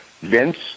Vince